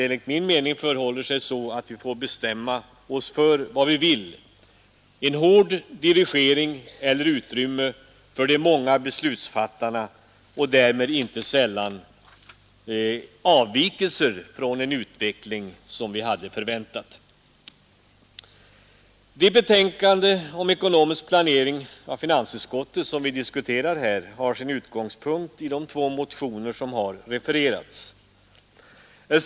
Enligt min mening förhåller det sig så att vi får bestämma oss för vad vi önskar — en hård dirigering eller utrymme för de många beslutsfattarna och därmed inte sällan avvikelser från en utveckling som vi hade förväntat. Det finansutskottets betänkande om ekonomisk planering som vi diskuterar här har sin utgångspunkt i de två motioner som har berörts av föregående talare.